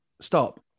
Stop